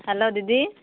hello ଦିଦି